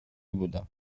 بودم